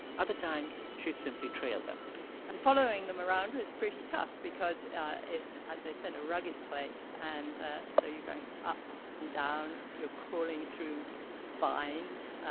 other times she'd simply trail them and following them around was pretty tough because it's, as i said, a rugged place, and so you're going up and down. you're crawling through vines,